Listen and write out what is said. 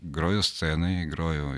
groju scenoj groju